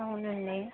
అవునండీ